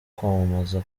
kwamamaza